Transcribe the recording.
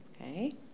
Okay